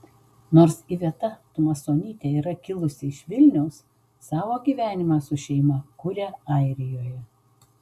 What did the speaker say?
nors iveta tumasonytė yra kilusi iš vilniaus savo gyvenimą su šeima kuria airijoje